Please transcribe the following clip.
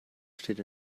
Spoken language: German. steht